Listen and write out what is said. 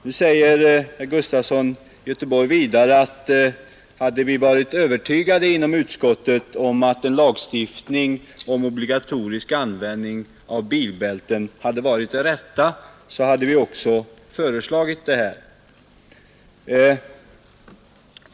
Herr Gustafson i Göteborg sade vidare att om man inom utskottet hade varit övertygad om att en lagstiftning om obligatorisk användning av bilbälten hade varit det rätta, skulle man också ha föreslagit en sådan.